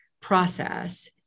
process